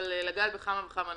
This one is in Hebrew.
אבל אני רוצה לגעת בכמה וכמה נקודות.